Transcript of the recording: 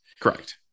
correct